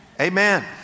Amen